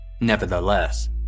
Nevertheless